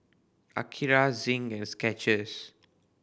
Akira Zin and Skechers